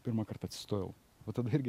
pirmąkart atsistojau o tada irgi